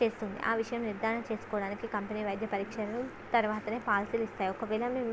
చేస్తుంది ఆ విషయం నిర్ధారణ చేసుకోవడానికి కంపెనీ వైద్య పరీక్షలను తరువాతనే పాలసీలు ఇస్తాయి ఒకవేళ